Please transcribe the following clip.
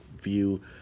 View